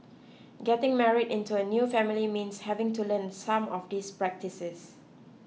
getting married into a new family means having to learn some of these practices